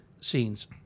scenes